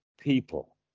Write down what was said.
people